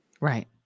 Right